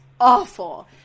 awful